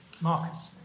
Marcus